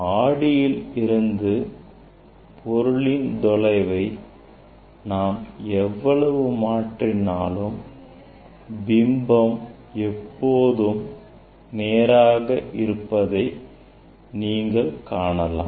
ஆடியிலிருந்து பொருளின் தொலைவை நான் எவ்வளவு மாற்றினாலும் பிம்பம் எப்பொழுதும் நேராக இருப்பதை நீங்கள் காணலாம்